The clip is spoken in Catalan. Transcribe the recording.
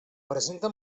presenta